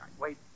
wait